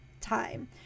time